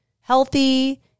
healthy